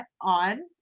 on